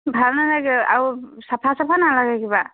ভাল নালাগে আৰু চাফা চাফা নালাগে কিবা